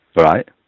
Right